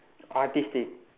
artistic